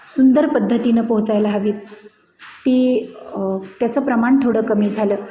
सुंदर पद्धतीनं पोहचायला हवी ती त्याचं प्रमाण थोडं कमी झालं